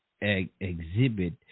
exhibit